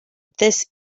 this